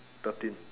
thirteen